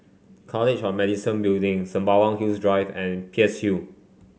College of Medicine Building Sembawang Hills Drive and Peirce Hill